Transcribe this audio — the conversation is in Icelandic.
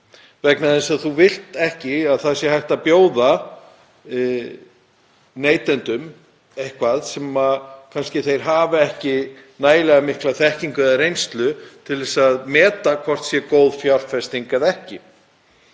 vegna þess að þú vilt ekki að hægt sé að bjóða neytendum eitthvað sem þeir hafa kannski ekki nægilega mikla þekkingu á eða reynslu til þess að meta hvort sé góð fjárfesting eða ekki.